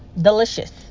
Delicious